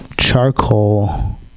charcoal